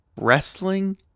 Wrestling